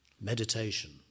meditation